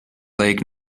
lake